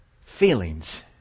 feelings